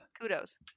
Kudos